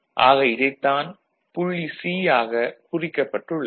ஆக இதைத் தான் புள்ளி C ஆகக் குறிக்கப்பட்டுள்ளது